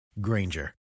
granger